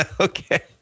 Okay